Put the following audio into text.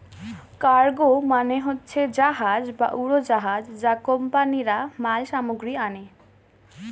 cargo মানে হচ্ছে জাহাজ বা উড়োজাহাজ যা কোম্পানিরা মাল সামগ্রী আনে